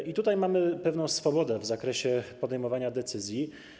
I tutaj mamy pewną swobodę w zakresie podejmowania decyzji.